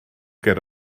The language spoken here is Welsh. ger